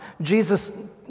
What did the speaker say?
Jesus